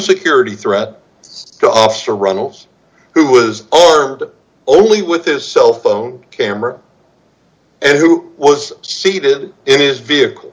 security threat stops or runnels who was armed only with this cellphone camera and who was seated in his vehicle